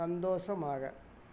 சந்தோஷமாக